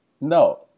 no